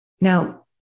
Now